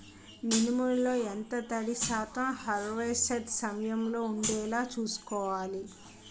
మినుములు లో ఎంత తడి శాతం హార్వెస్ట్ సమయంలో వుండేలా చుస్కోవాలి?